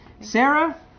Sarah